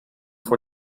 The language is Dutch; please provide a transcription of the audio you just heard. voor